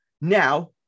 Now